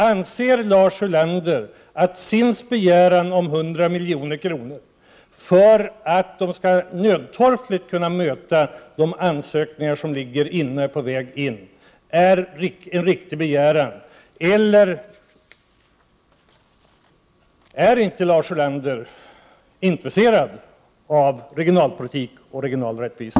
Anser Lars Ulander att | SINDS:s begäran om 100 milj.kr., för att nödtorftigt kunna möta de ansökningar som ligger inne och är på väg in, är välmotiverad? Eller är inte | Lars Ulander intresserad av regionalpolitik och regional rättvisa?